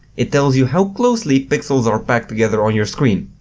it tells you how closely pixels are packed together on your screen.